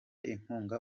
inkunga